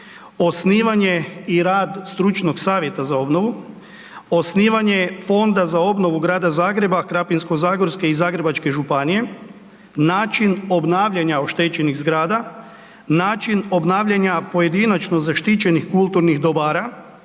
osnivanje i rad stručnog Savjeta za obnovu, osnivanje Fonda za obnovu Grada Zagreba, Krapinsko-zagorske i Zagrebačke županije, način obnavljanja oštećenih zgrada, način obnavljanja pojedinačno zaštićenih kulturnih dobara,